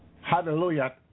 hallelujah